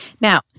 Now